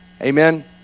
amen